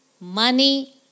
money